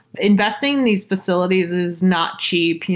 investing these facilities is not cheap.